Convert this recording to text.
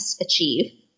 achieve